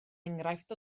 enghraifft